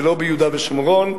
ולא ביהודה ושומרון,